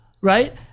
right